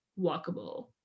walkable